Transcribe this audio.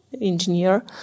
engineer